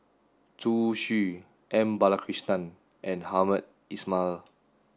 Zhu Xu M Balakrishnan and Hamed Ismail